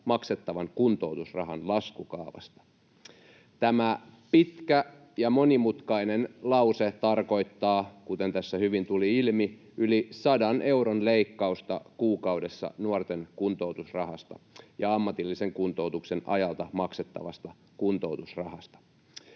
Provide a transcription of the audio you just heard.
maksettavan kuntoutusrahan laskukaavasta. Tämä pitkä ja monimutkainen lause tarkoittaa, kuten tässä hyvin tuli ilmi, yli 100 euron leikkausta kuukaudessa nuorten kuntoutusrahasta ja ammatillisen kuntoutuksen ajalta maksettavasta kuntoutusrahasta.